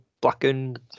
blackened